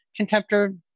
Contemptor